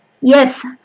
yes